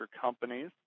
companies